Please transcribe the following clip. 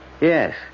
Yes